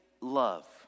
love